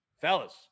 fellas